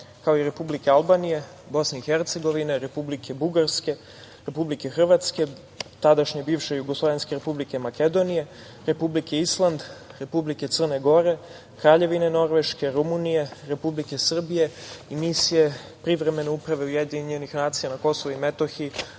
kao i Republike Albanije, Bosne i Hercegovine, Republike Bugarske, Republike Hrvatske, tadašnje Bivše Jugoslovenske Republike Makedonije, Republike Island, Republike Crne Gore, Kraljevine Norveške, Rumunije, Republike Srbije i Misije privremene uprave UN na Kosovo i Metohiji,